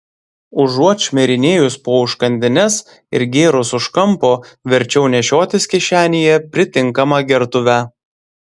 užuot šmirinėjus po užkandines ir gėrus už kampo verčiau nešiotis kišenėje pritinkamą gertuvę